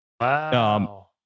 Wow